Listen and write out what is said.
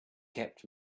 kept